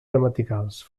gramaticals